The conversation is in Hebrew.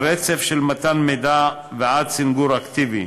על רצף שממתן מידע ועד סנגור אקטיבי,